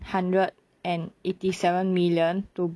hundred and eighty seven million to